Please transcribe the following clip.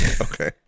Okay